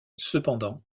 cependant